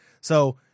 So-